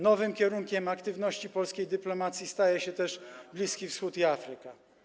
Nowym kierunkiem aktywności polskiej dyplomacji staje się też Bliski Wschód i Afryka.